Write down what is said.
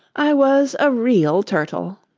i was a real turtle